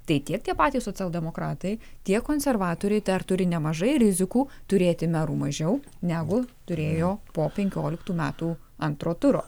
tai tiek patys socialdemokratai tiek konservatoriai dar turi nemažai rizikų turėti merų mažiau negu turėjo po penkioliktų metų antro turo